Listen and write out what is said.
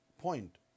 point